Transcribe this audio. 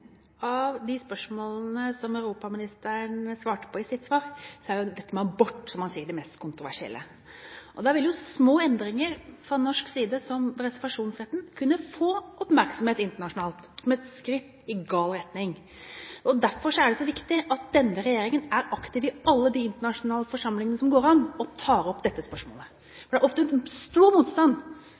Av de spørsmålene som europaministeren svarte på, så er – som han sier – dette med abort det mest kontroversielle, og da vil jo små endringer fra norsk side, slik som reservasjonsretten, kunne få oppmerksomhet internasjonalt som et skritt i gal retning. Og derfor er det så viktig at denne regjeringen er aktiv i alle de internasjonale forsamlingene hvor det går an å ta opp dette spørsmålet, for det er ofte stor motstand